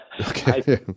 Okay